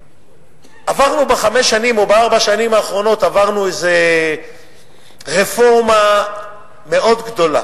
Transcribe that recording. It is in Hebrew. עברנו בחמש שנים או בארבע השנים האחרונות איזה רפורמה מאוד גדולה